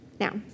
Now